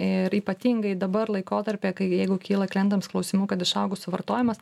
ir ypatingai dabar laikotarpyje kai jeigu kyla klientams klausimų kad išaugo suvartojimas